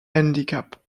handicap